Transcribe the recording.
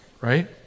Right